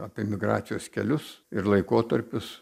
apie migracijos kelius ir laikotarpius